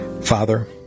Father